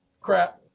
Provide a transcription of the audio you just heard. crap